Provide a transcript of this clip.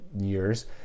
years